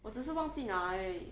我只是忘记拿来而已